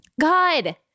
God